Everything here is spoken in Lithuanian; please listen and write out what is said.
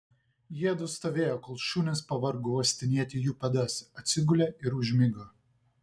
jiedu stovėjo kol šunys pavargo uostinėti jų pėdas atsigulė ir užmigo